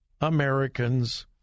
American's